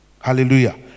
Hallelujah